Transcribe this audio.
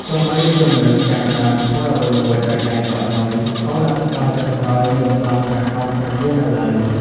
ទោះបីជាមនុស្សចាប់ផ្ដើមធ្វើអ្វីមួយដោយដៃក៏ដោយ ក៏ លទ្ធផលចុងក្រោយ មិនទាន់ប្រាកដប្រជានៅឡើយ។